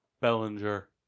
Bellinger